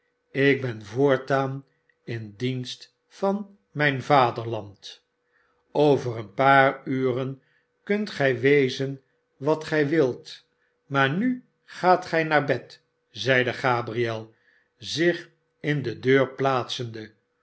ik ben voortaan in dienst van mijn vaderland over een paar tiren kunt gij wezen wat gij wilt maar nu gaat gij naar bed zeide gabriel zich in de deur plaatsende